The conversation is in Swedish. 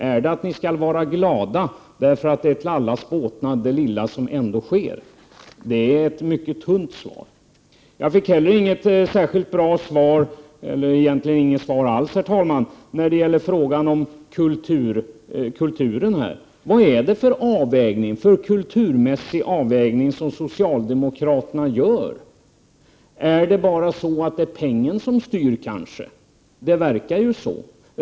Är det att vi skall vara glada därför att det lilla som ändå sker är till allas båtnad? Det är ett mycket tunt svar. Jag fick heller inget särskilt bra svar, egentligen inget svar alls, när det Prot. 1988/89:100 gällde frågan om kulturen. Vad är det för avvägning socialdemokraterna gör i fråga om kulturen? Är det kanske bara så att det är pengarna som styr? Det verkar så.